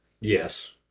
yes